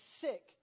sick